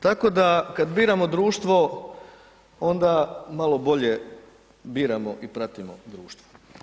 Tako da kad biramo društvo, onda malo bolje biramo i pratimo društvo.